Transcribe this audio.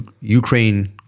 Ukraine